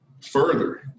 Further